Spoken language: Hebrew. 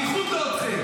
בייחוד לא איתכם.